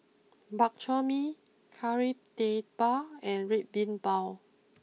Bak Chor Mee Kari Debal and Red Bean Bao